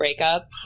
breakups